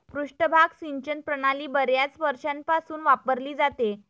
पृष्ठभाग सिंचन प्रणाली बर्याच वर्षांपासून वापरली जाते